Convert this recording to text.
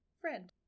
friend